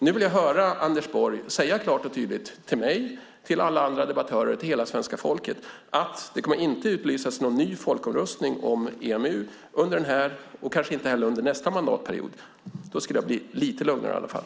Nu vill jag höra Anders Borg säga klart och tydligt till mig, till alla andra debattörer och till hela svenska folket att det inte kommer att utlysas någon ny folkomröstning om EMU under den här mandatperioden och kanske heller inte under nästa mandatperiod. Då skulle jag i alla fall bli lite lugnare.